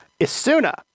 Isuna